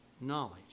knowledge